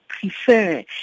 prefer